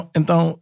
então